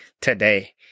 today